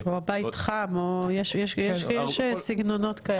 או בית חם, יש סגנונות כאלה.